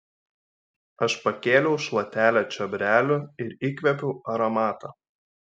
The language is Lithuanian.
aš pakėliau šluotelę čiobrelių ir įkvėpiau aromatą